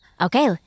Okay